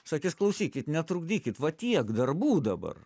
sakys klausykit netrukdykit va tiek darbų dabar